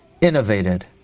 innovated